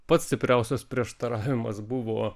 pats stipriausias prieštaravimas buvo